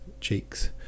cheeks